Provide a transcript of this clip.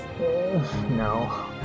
No